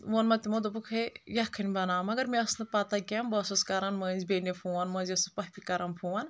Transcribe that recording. وۄن مےٚ تِمو دۄپُکھ ہے یکھٕنۍ بناو مگر مےٚ ٲس نہٕ پتہ کینٛہہ بہٕ ٲسس کران مٔنٛزۍ بیٚنہِ فون مٔنٛزۍ ٲسس پۄپھہِ کران فون